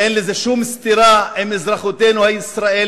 ואין לזה שום סתירה עם אזרחותנו הישראלית,